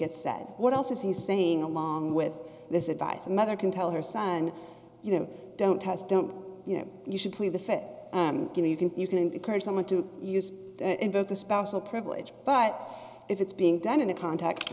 gets said what else is he saying along with this advice a mother can tell her son you know don't test don't you know you should leave the fit you can you can encourage someone to invent the spousal privilege but if it's being done in a context for